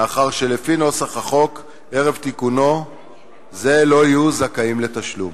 מאחר שלפי נוסח החוק ערב תיקונו זה הם לא היו זכאים לתשלום.